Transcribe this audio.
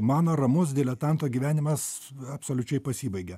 mano ramus diletanto gyvenimas absoliučiai pasibaigė